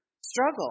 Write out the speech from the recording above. struggle